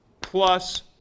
plus